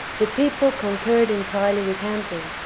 the people concurred entirely with hampden,